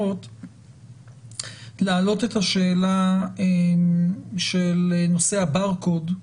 להעלות את השאלה של נושא הברקוד,